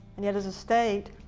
and yeah as a state,